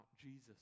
Jesus